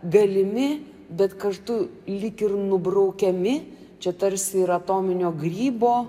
galimi bet kartu lyg ir nubraukiami čia tarsi ir atominio grybo